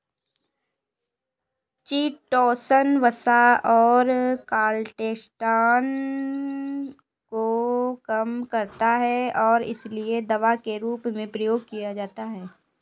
chitosan वसा और cholesterol को कम करता है और इसीलिए दवा के रूप में प्रयोग किया जाता है